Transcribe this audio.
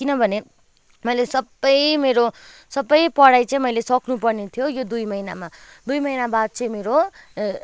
किनभने मैले सबै मेरो सबै पढाइ चाहिँ मैले सक्नुपर्ने थियो यो दुई महिनामा दुई महिना बाद चाहिँ मेरो